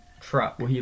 truck